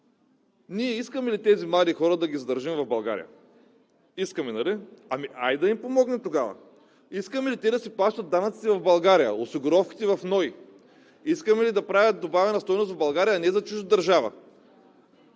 ниво. Искаме ли тези млади хора да ги задържим в България? Искаме, нали?! Ами, хайде да им помогнем тогава. Искаме ли те да си плащат данъците в България, осигуровките в НОИ, искаме ли да правят добавена стойност в България, а не за чужда държава?